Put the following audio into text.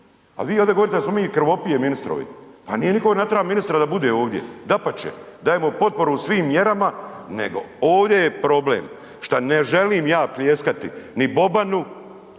a vi ovdje govorite da smo mi krvopije ministrovi. Pa nije niko ministra natra da bude ovdje, dapače, dajemo potporu svim mjerama. Nego ovdje je problem šta ne želim ja pljeskati ni Bobanu